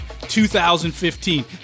2015